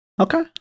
Okay